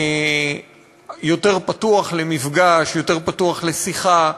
יותר פתוח למפגש, יותר פתוח לשיחה,